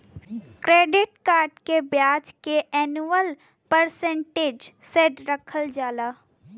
credit cards के ब्याज के एनुअल परसेंटेज रेट रखल जाला